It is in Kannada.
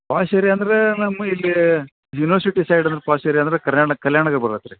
ಪಾಶ್ ಏರ್ಯಾ ಅಂದ್ರೆ ನಮ್ ಇಲ್ಲೀ ಯೂನಿವರ್ಸಿಟಿ ಸೈಡಲ್ ಪಾಶ್ ಏರ್ಯಾ ಅಂದರೆ ಕಲ್ಯಾಣ ನಗರ ಬರ್ತದೆ ರೀ